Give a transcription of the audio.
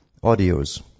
audios